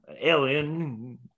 alien